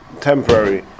temporary